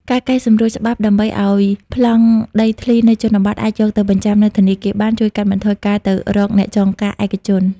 ការកែសម្រួលច្បាប់ដើម្បីឱ្យប្លង់ដីធ្លីនៅជនបទអាចយកទៅបញ្ចាំនៅធនាគារបាន ជួយកាត់បន្ថយការទៅរកអ្នកចងការឯកជន។